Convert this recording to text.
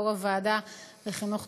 יושב-ראש ועדת החינוך,